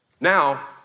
Now